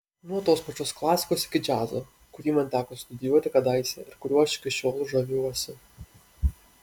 nuo tos pačios klasikos iki džiazo kurį man teko studijuoti kadaise ir kuriuo aš iki šiol žaviuosi